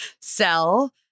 sell